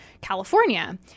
California